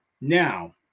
now